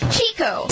Chico